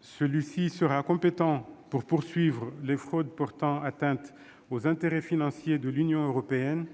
Celui-ci sera compétent pour poursuivre les fraudes portant atteinte aux intérêts financiers de l'Union européenne,